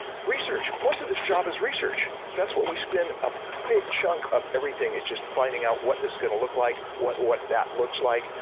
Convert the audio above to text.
research. most of this job is research. that's what we spend a big chunk of everything is just finding out what this is going to look like. what what that looks like.